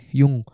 yung